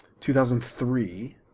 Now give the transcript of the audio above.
2003